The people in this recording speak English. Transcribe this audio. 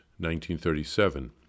1937